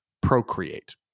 procreate